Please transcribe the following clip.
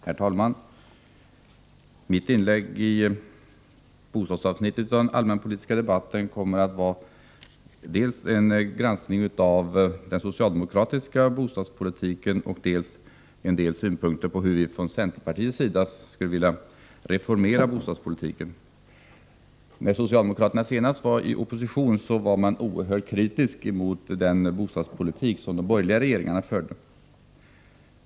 Herr talman! Mitt inlägg i den bostadspolitiska delen av den allmänpolitiska debatten kommer att utgöras dels av en granskning av den socialdemokratiska bostadspolitiken, dels av en del synpunkter som vi i centerpartiet har när det gäller att reformera bostadspolitiken. När socialdemokraterna senast var i opposition var de oerhört kritiska mot den bostadspolitik som de borgerliga regeringarna förde.